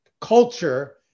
culture